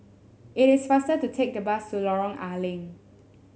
it is faster to take the bus to Lorong A Leng